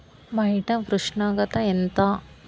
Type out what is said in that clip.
బయట ఉష్ణోగ్రత ఎంత